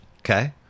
Okay